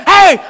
Hey